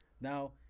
Now